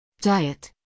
Diet